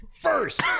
First